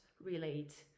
relate